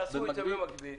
תעשו את זה במקביל.